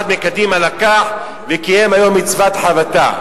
מקדימה לקח וקיים היום מצוות חבטה,